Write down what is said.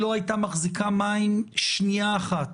היא לא הייתה מחזיקה מים שנייה אחת,